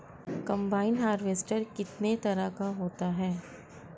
Combine harvester कितने तरह का होता है?